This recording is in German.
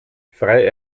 frei